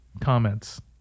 comments